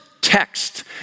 text